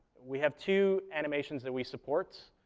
we have two animations that we support.